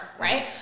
right